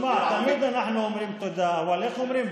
תשמע, תמיד אנחנו אומרים תודה, אבל איך אומרים?